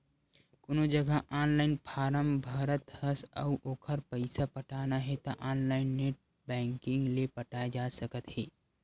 कोनो जघा online form भरत हस अउ ओखर पइसा पटाना हे त ऑनलाइन नेट बैंकिंग ले पटाए जा सकत हे